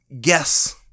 guess